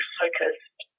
focused